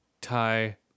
Thai